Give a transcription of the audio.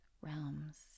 realms